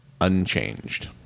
unchanged